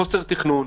חוסר תכנון,